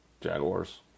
jaguars